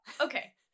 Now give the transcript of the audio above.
okay